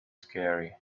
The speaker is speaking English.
scary